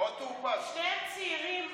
שני צעירים.